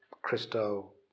crystal